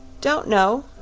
don't know,